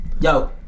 Yo